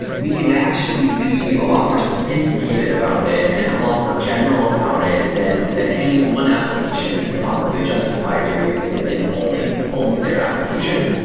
we can actually be a lot more sophisticated about it and a lot more general about it than than any one application could probably justify doing within only only their application.